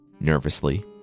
Nervously